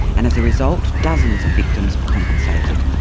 and as a result dozens of victims were compensated.